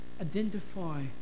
identify